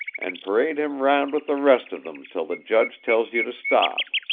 and parade him round with the rest of them till the judge tells you to stop.